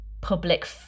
public